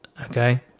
okay